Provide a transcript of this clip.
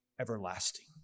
everlasting